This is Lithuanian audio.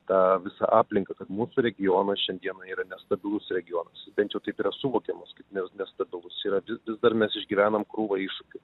tą visą aplinką mūsų regionas šiandieną yra nestabilus regionas bent jau taip yra suvokiamas kaip ne nestabilus yra yra vis dar mes išgyvenam krūvą iššūkių